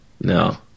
no